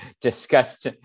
discussed